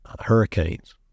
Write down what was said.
Hurricanes